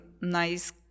nice